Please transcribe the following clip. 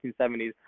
1970s